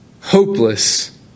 hopeless